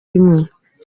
imwe